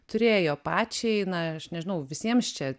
turėjo pačiai na aš nežinau visiems čia